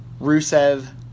Rusev